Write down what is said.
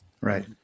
Right